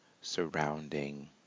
surrounding